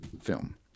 film